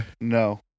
No